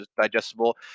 digestible